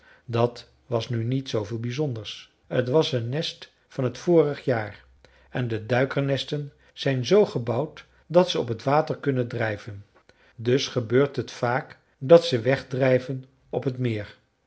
dat was nu niet zooveel bizonders t was een nest van het vorige jaar en de duikernesten zijn zoo gebouwd dat ze op het water kunnen drijven dus gebeurt het vaak dat ze wegdrijven op het meer